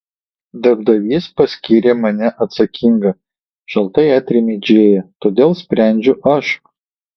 darbdavys paskyrė mane atsakinga šaltai atrėmė džėja todėl sprendžiu aš